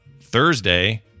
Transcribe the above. Thursday